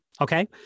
okay